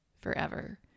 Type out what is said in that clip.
forever